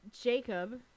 Jacob